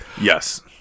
Yes